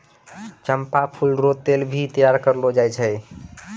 चंपा फूल रो तेल भी तैयार करलो जाय छै